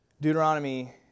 Deuteronomy